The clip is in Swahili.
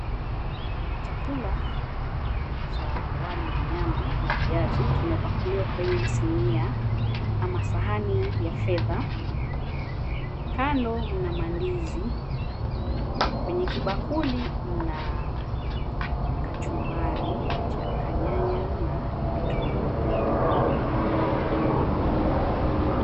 Chakula cha wali na nyama na viazi kimepakuliwa kwenye sinia ama sahani ya fedha. Kando mna mandizi. Kwenye kibakuli mna kachumbari cha kanyanya na vitunguu.